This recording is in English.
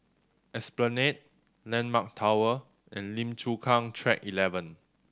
Esplanade Landmark Tower and Lim Chu Kang Track Eleven